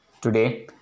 today